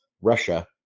Russia